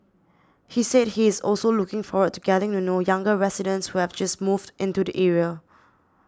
he said he is also looking forward to getting to know younger residents who have just moved into the area